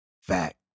Fact